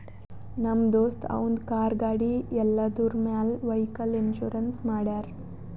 ನಮ್ ದೋಸ್ತ ಅವಂದ್ ಕಾರ್, ಗಾಡಿ ಎಲ್ಲದುರ್ ಮ್ಯಾಲ್ ವೈಕಲ್ ಇನ್ಸೂರೆನ್ಸ್ ಮಾಡ್ಯಾರ್